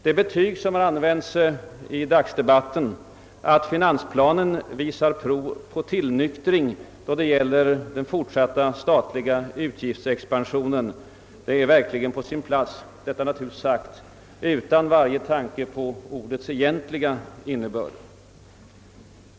Det betyg som har getts i den allmänna debatten, att finansplanen visar prov på »tillnyktring» då det gäller den fortsatta statliga utgiftsexpansionen, är verkligen på sin plats — detta naturligtvis sagt utan varje tanke på ordets egentliga innebörd.